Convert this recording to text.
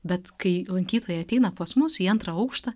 bet kai lankytojai ateina pas mus į antrą aukštą